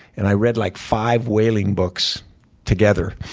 and i read like five whaling books together.